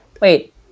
Wait